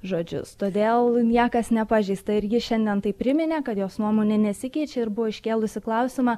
žodžius todėl niekas nepažeista ir ji šiandien tai priminė kad jos nuomonė nesikeičia ir buvo iškėlusi klausimą